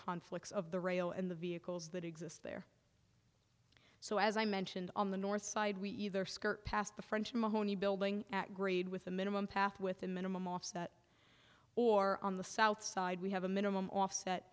conflicts of the rail and the vehicles that exist there so as i mentioned on the north side we either skirt past the french mahoney building at grade with a minimum path with a minimum offset or on the south side we have a minimum offset